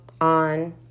on